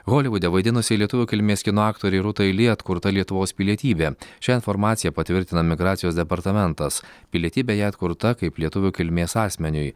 holivude vaidinusiai lietuvių kilmės kino aktorei rūtai li atkurta lietuvos pilietybė šią informaciją patvirtino migracijos departamentas pilietybė atkurta kaip lietuvių kilmės asmeniui